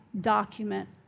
document